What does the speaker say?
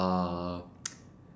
uh